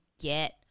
get